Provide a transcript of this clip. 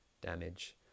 damage